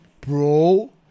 Bro